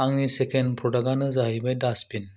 आंनि सेकेन्ड प्रडाक्टआनो जाहैबाय डास्टबिन